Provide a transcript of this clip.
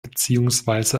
beziehungsweise